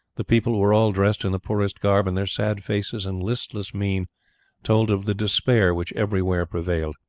the people were all dressed in the poorest garb, and their sad faces and listless mien told of the despair which everywhere prevailed.